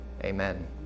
amen